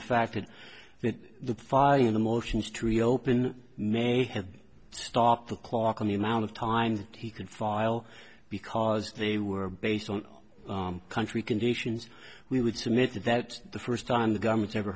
the fact is that the fi in the motions to reopen may have stopped the clock on the amount of time he could file because they were based on country conditions we would submit that the first time the government's ever